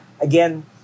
again